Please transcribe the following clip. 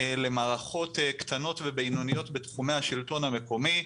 למערכות קטנות ובינוניות בתחומי השלטון המקומי,